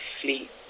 fleet